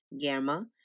Gamma